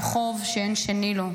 המדינה חבה לכם חוב שאין שני לו.